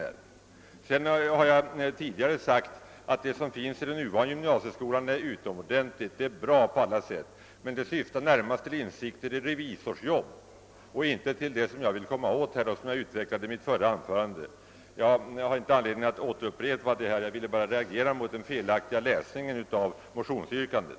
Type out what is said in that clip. Jag har tidigare sagt att det som finns i den nuvarande gymnasieskolan är utomordentligt bra på alla sätt, men det syftar närmast till insikter i revisorsjobbet, och inte till det jag vill komma åt och som jag utvecklade i mitt förra anförande. Jag har inte någon anledning att upprepa detta. Jag vill bara reagera mot den felaktiga läsningen av motionsyrkandet.